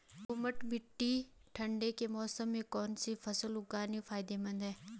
दोमट्ट मिट्टी में ठंड के मौसम में कौन सी फसल उगानी फायदेमंद है?